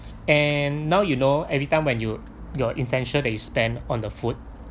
and now you know every time when you your essential that you spend on the food